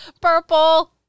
Purple